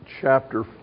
chapter